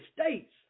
States